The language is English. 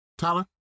Tyler